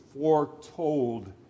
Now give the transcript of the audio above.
foretold